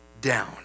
down